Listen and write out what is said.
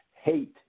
hate